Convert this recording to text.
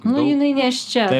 nu jinai nėščia